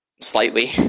slightly